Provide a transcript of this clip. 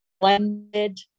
blended